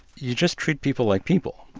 you just treat people like people,